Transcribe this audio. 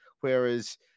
whereas